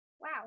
Wow